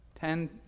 Ten